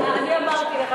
אני אמרתי עליך,